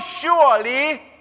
surely